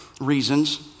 reasons